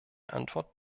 antwort